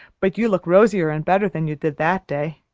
but you look rosier and better than you did that day.